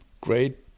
great